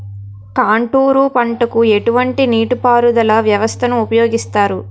Contour పంటకు ఎటువంటి నీటిపారుదల వ్యవస్థను ఉపయోగిస్తారు?